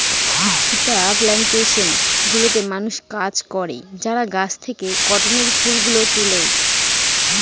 সুতা প্লানটেশন গুলোতে মানুষ কাজ করে যারা গাছ থেকে কটনের ফুল গুলো তুলে